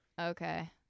Okay